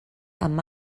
amb